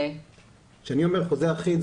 כשאני אומר חוזה אחיד,